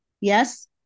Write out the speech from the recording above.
Yes